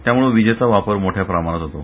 त्यामुळं विजेचा वापर मोठ्या प्रमाणात होतो